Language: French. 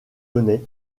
lyonnais